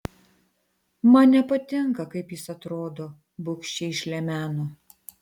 man nepatinka kaip jis atrodo bugščiai išlemeno